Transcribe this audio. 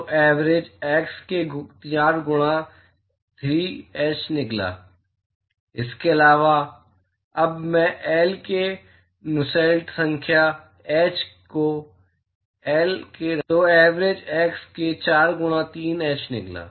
तो average x के 4 गुणा 3 h निकला